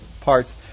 parts